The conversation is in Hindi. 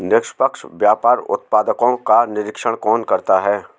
निष्पक्ष व्यापार उत्पादकों का निरीक्षण कौन करता है?